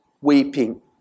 weeping